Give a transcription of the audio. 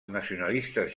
nacionalistes